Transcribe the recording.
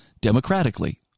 democratically